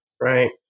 right